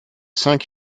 cinq